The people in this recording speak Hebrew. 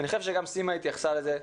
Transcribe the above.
אני חושב שגם סימה התייחסה לזה.